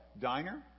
Diner